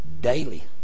daily